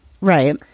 right